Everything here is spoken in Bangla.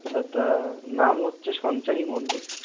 আচ্ছা তা নাম হচ্ছে সঞ্চারী মন্ডল